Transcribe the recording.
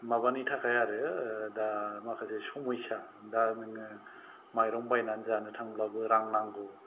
माबानि थाखाय आरो दा माखासे समयसा दा नोङो माइरं बायनानै जानो थांब्लाबो रां नांगौ